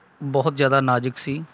ਬਹੁਤ ਜ਼ਿਆਦਾ ਨਾਜ਼ੁਕ ਸੀ